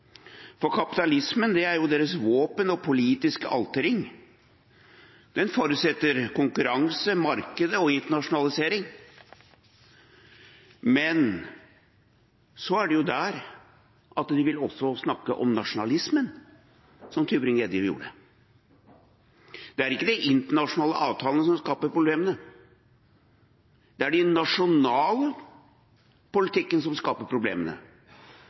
for kapitalismen er jo deres våpen og politiske alterring; den forutsetter konkurranse, markedet og internasjonalisering. Men så er det jo det at de også vil snakke om nasjonalismen, som Tybring-Gjedde gjorde. Det er ikke de internasjonale avtalene som skaper problemene; det er den nasjonale politikken som skaper problemene.